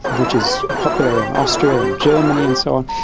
which is popular in austria and germany and so on,